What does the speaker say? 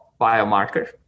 biomarker